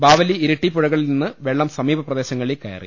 ബാവലി ഇരിട്ടി പുഴകളിൽ നിന്ന് വെള്ളം സമീപപ്രദേശങ്ങളിലേക്ക് കയറി